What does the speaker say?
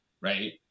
Right